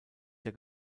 der